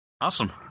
Awesome